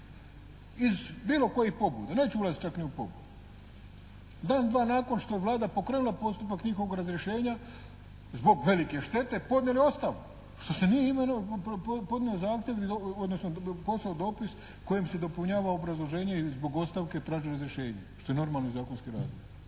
iz bilo koji pobuda, neću ulaziti čak ni u pobudu, dan-dva nakon što je Vlada pokrenula postupak njihovog razrješenja zbog velike štete, podnijeli ostavku što se nije podnio zahtjev, odnosno poslao dopis kojim se dopunjava obrazloženje ili zbog ostavke traži razrješenje što je normalno iz zakonskih razloga.